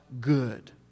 good